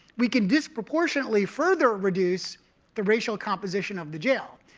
we can disproportionately further reduce the racial composition of the jail.